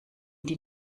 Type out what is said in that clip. die